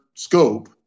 scope